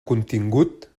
contingut